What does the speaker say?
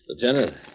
Lieutenant